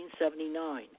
1979